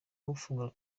ufungura